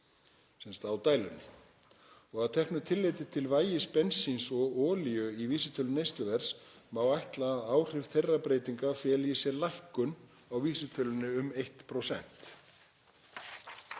sagt á dælunni. Að teknu tilliti til vægis bensíns og olíu í vísitölu neysluverðs má ætla að áhrif þeirra breytinga feli í sér lækkun á vísitölunni um 1%.